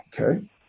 okay